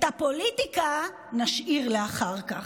את הפוליטיקה נשאיר לאחר כך.